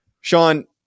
Sean